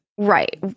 Right